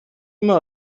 immer